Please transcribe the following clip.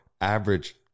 average